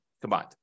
combined